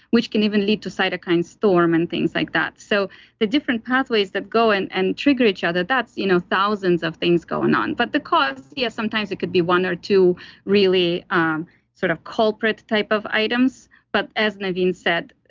which can even lead to cytokine storm and things like that. so the different pathways that go in and trigger each other, that's you know thousands of things going on, but the cause, yes, sometimes it could be one or two really um sort of culprit type of items. but as naveen said,